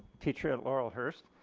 teacher at laurelhurst,